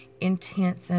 intense